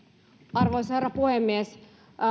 arvoisa herra puhemies